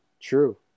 true